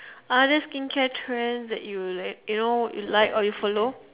other skincare trends that you know you like or you follow